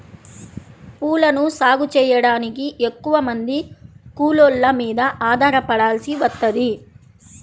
పూలను సాగు చెయ్యడానికి ఎక్కువమంది కూలోళ్ళ మీద ఆధారపడాల్సి వత్తది